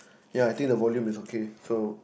ya I think the volume is okay so